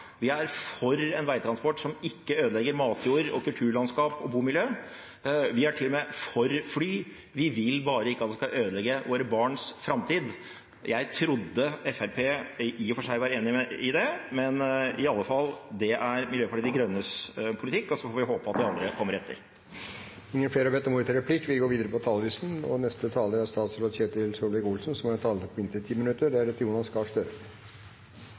vi er for en veitransport som ikke ødelegger matjord, kulturlandskap og bomiljø – vi er til og med for fly. Vi vil bare ikke at det skal ødelegge våre barns framtid. Jeg trodde Fremskrittspartiet i og for seg var enig i det, men i alle fall: Det er Miljøpartiet De Grønnes politikk. Og så får vi håpe at de andre kommer etter. Replikkordskiftet er dermed omme. Infrastrukturen er blodåren i samfunnet vårt. Den kobler innbyggerne til arbeidsplasser, til skole, til fritidstilbud og til kulturtilbud. Det gjør at vi kan besøke familie og